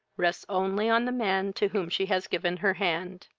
rests only on the man to whom she has given her hand.